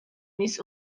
نیست